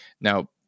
Now